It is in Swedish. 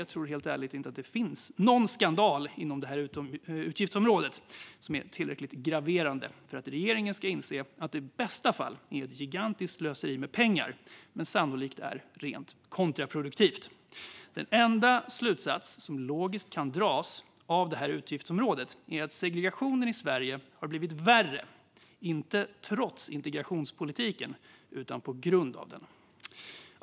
Jag tror helt ärligt inte att det finns någon skandal inom utgiftsområdet som är tillräckligt graverande för att regeringen ska inse att detta i bästa fall är ett gigantiskt slöseri med pengar men sannolikt är rent kontraproduktivt. Den enda slutsats som logiskt kan dras av utgiftsområdet är att segregationen i Sverige har blivit värre, inte trots integrationspolitiken utan på grund av den.